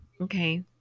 Okay